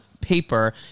paper